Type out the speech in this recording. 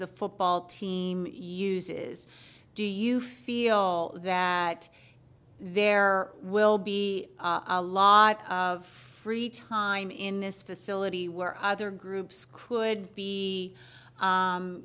the football team uses do you feel that there will be a lot of free time in this facility were other groups could be